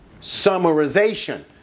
Summarization